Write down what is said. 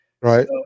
Right